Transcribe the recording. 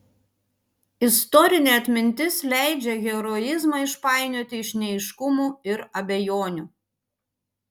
istorinė atmintis leidžia heroizmą išpainioti iš neaiškumų ir abejonių